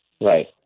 Right